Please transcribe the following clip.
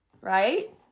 Right